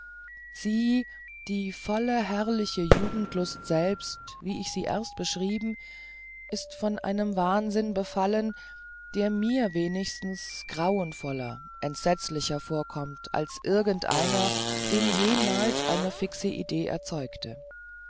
sie die volle herrliche jugendlust selbst wie ich sie erst beschrieben ist von einem wahnsinn befallen der mir wenigstens grauenvoller entsetzlicher vorkommt als irgendeiner den jemals eine fixe idee erzeugte